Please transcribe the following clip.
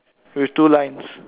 with two lines